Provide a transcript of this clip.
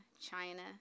China